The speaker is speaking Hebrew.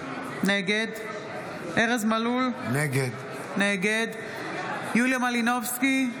נגד ארז מלול, נגד יוליה מלינובסקי,